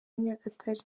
nyagatare